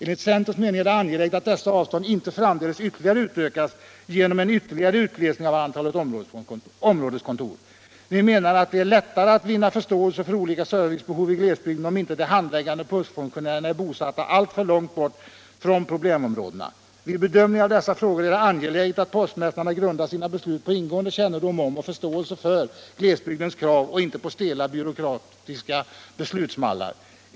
Enligt centerns mening är det angeläget att dessa avstånd inte framdeles utvidgas genom en ytterligare utglesning av antalet områdeskontor. Vi menar att det är lättare att vinna förståelse för olika servicebehov i glesbygden, om inte de handläggande postfunktionärerna är bosatta alltför långt bort från problemområdena. Vid bedömning av dessa frågor är det angeläget att postmästarna grundar sina beslut på ingående kännedom om och förståelse för glesbygdens krav och inte på stela byråkratiska beslutsmallar.